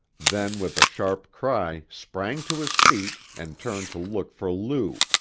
then with a sharp cry sprang to his feet and turned to look for lou,